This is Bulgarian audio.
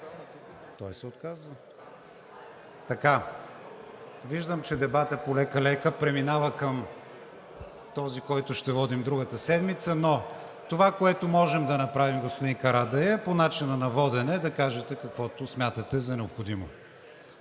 да изчакаме малко. Виждам, че дебатът полека-лека преминава към този, който ще водим другата седмица, но това, което може да направим, господин Карадайъ, е по начина на водене да кажете каквото смятате за необходимо,